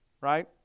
Right